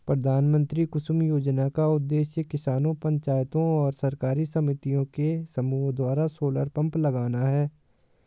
प्रधानमंत्री कुसुम योजना का उद्देश्य किसानों पंचायतों और सरकारी समितियों के समूह द्वारा सोलर पंप लगाना है